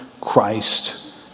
Christ